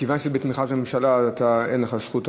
מכיוון שזה בתמיכה של ממשלה אז אין לך זכות,